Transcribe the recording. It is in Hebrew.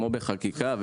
כמו בחקיקה,